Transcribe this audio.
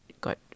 got